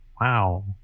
wow